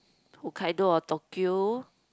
Hokkaido or Tokyo